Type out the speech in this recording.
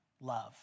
love